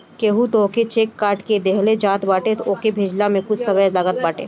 केहू तोहके चेक काट के देहले बाटे तअ ओके भजला में कुछ समय लागत बाटे